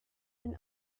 been